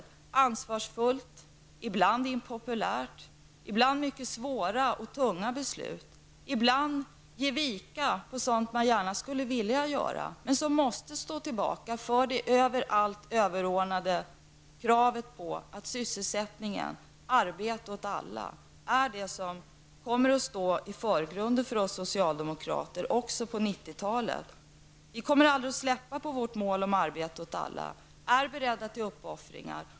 Det är ansvarsfullt, ibland impopulärt, och ibland får vi fatta mycket svåra och tunga beslut. Ibland måste sådant som vi gärna skulle vilja göra få stå tillbaka för det över allt överordnade kravet på att sysselsättningen, arbete åt alla, skall stå i förgrunden för oss socialdemokrater också på 90-talet. Vi kommer aldrig att ge upp vårt mål arbete åt alla. Vi är beredda till uppoffringar.